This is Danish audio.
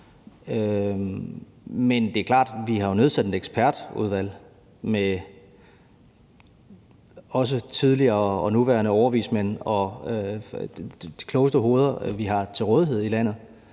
Men det er klart, at når vi har nedsat et ekspertudvalg med tidligere og nuværende overvismænd og de klogeste hoveder, vi har til rådighed i landet,